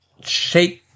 shake